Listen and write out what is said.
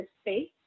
space